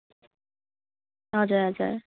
हजुर हजुर